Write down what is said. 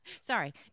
Sorry